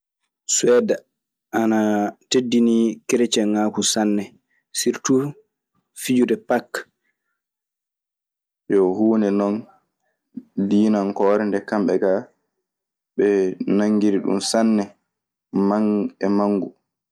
Suede ana teɗini kerciengaku sanne surtu fijude pake. Yo huunde non diinankoore nde kamɓe kaa, ɓe nanngiri ɗun sanne e manngu.